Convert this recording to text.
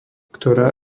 ktorá